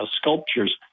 sculptures